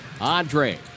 Andre